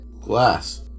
Glass